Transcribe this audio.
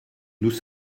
nous